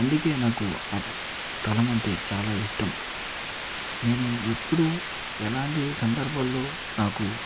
అందుకే నాకు ఆ స్థలం అంటే చాలా ఇష్టం నేను ఎప్పుడూ ఎలాంటి సందర్భాల్లో నాకు